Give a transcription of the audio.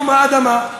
יום האדמה,